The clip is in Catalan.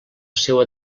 seua